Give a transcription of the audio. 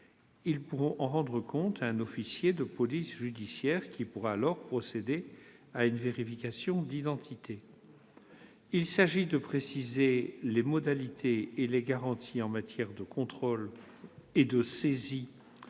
ils pourront en rendre compte à un officier de police judiciaire, qui pourra alors procéder à une vérification d'identité ; il s'agit de préciser les modalités et les garanties en matière de contrôles et de saisies